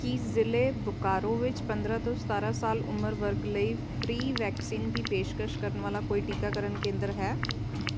ਕੀ ਜ਼ਿਲ੍ਹੇ ਬੋਕਾਰੋ ਵਿੱਚ ਪੰਦਰਾਂ ਤੋਂ ਸਤਾਰਾਂ ਸਾਲ ਉਮਰ ਵਰਗ ਲਈ ਫ੍ਰੀ ਵੈਕਸੀਨ ਦੀ ਪੇਸ਼ਕਸ਼ ਕਰਨ ਵਾਲਾ ਕੋਈ ਟੀਕਾਕਰਨ ਕੇਂਦਰ ਹੈ